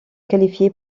qualifier